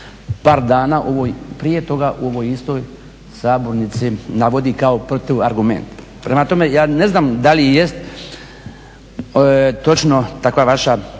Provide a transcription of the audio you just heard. par dana u ovoj prije toga u ovoj istoj sabornici navodi kao protuargument. Prema tome, ja ne znam da li jest točno takvo vaše